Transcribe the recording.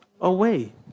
away